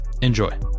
Enjoy